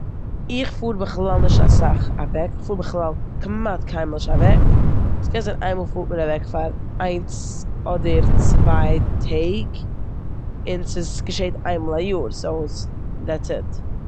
איך פאר בכלל נישט אסאך אוועק, כ'פאר בכלל כמעט קיינמאל נישט אוועק. ס'קען זיין איין מאל פארט מען אוועק פאר איינס אדער צוויי טעג און ס'איז געשעט איינמאל א יאר סאו ס- דעטס איט.